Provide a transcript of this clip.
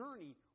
journey